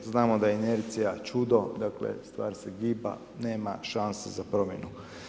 Znamo da je inercija čudo, dakle, stvar se giba, nema šanse za promjenu.